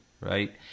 right